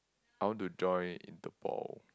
I want to join Interpol